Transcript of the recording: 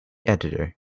editor